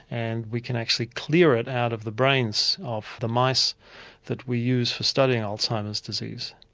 and we can actually clear it out of the brains of the mice that we use for studying alzheimer's disease.